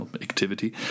activity